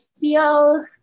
feel